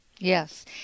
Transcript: Yes